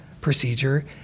procedure